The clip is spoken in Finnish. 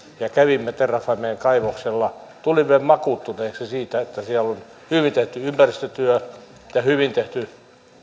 ja kävimme terrafamen kaivoksella tulimme vakuuttuneeksi siitä että siellä on hyvin tehty ympäristötyö ja hyvin tehty